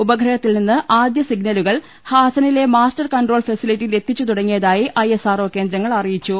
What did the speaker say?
ഉപഗ്രഹത്തിൽ നിന്ന് ആദ്യ സിഗ്നലുകൾ ഹാസനിലെ മാസ്റ്റർ കൺട്രോൾ ഫെസിലിറ്റിയിൽ എത്തിച്ചു തുടങ്ങിയതായി ഐ എസ് ആർ ഒ കേന്ദ്രങ്ങൾ അറിയിച്ചു